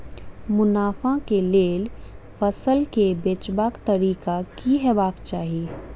मुनाफा केँ लेल फसल केँ बेचबाक तरीका की हेबाक चाहि?